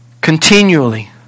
continually